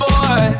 Boy